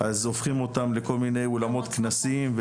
הופכים אותם לאולמות כנסים,